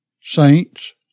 saints